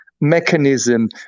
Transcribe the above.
Mechanism